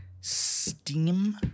Steam